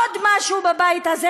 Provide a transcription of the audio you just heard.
עוד משהו בבית הזה,